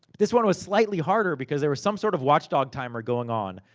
this one was slightly harder, because there was some sort of watch dog timer going on.